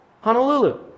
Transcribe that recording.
Honolulu